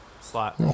slot